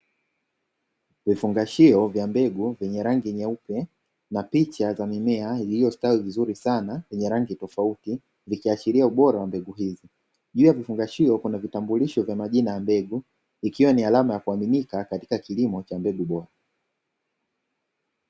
Vifungashio vya mbegu vyenye rangi nyeupe na picha ya mimea iliyostawi vizuri sana yenye rangi tofauti ikiashiria ubora wa mbegu hizi, juu ya vifungashio kuna vitambulisho vya majina ya mbegu ikiwa ni alama ya kuaminika katika kilimo cha mbegu bora.